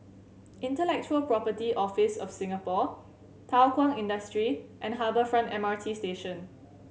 Intellectual Property Office of Singapore Thow Kwang Industry and Harbour Front M R T Station